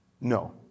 No